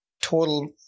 total